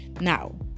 now